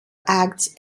acts